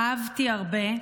אהבתי הרבה.